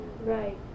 Right